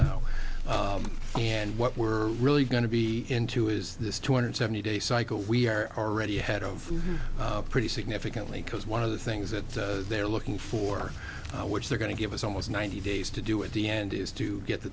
now and what we're really going to be into is this two hundred seventy day cycle we are already ahead of pretty significantly because one of the things that they're looking for which they're going to give us almost ninety days to do at the end is to get the